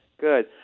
Good